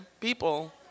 people